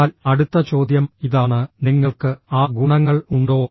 എന്നാൽ അടുത്ത ചോദ്യം ഇതാണ് നിങ്ങൾക്ക് ആ ഗുണങ്ങൾ ഉണ്ടോ